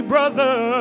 Brother